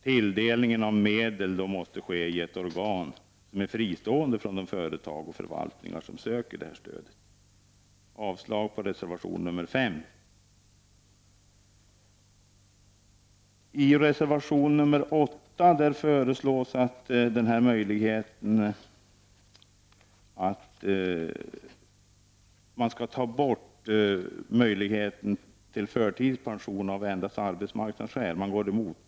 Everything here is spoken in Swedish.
Tilldelningen av medel måste självfallet ske genom ett organ som är fristående från de företag och förvaltningar som söker detta stöd. Jag yrkar avslag på reservation nr 5. I propositionen föreslås att möjligheten till förtidspension av endast arbetsmarknadsskäl skall tas bort.